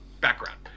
background